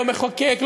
לא מחוקק,